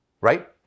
right